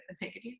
negative